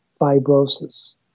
fibrosis